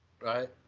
right